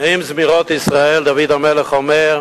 נעים זמירות ישראל, דוד המלך, אומר: